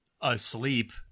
asleep